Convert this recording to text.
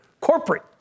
corporate